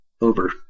over